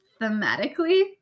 thematically